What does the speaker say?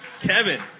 Kevin